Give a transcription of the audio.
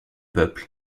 peuple